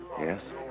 Yes